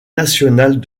nationale